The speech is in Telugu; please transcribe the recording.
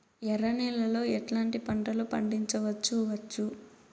ఎర్ర నేలలో ఎట్లాంటి పంట లు పండించవచ్చు వచ్చు?